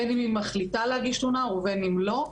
בין אם היא מחליטה להגיש תלונה ובין אם לא.